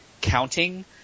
counting